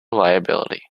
liability